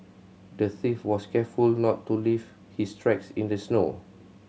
the thief was careful to not leave his tracks in the snow